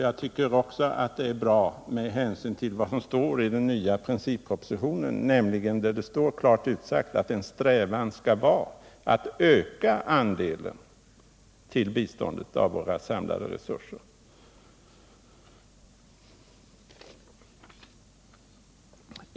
Jag tycker också att det är bra med hänsyn till vad som står i den nya princippropositionen, där det är klart utsagt att en strävan skall vara att öka biståndets andel av våra samlade resurser.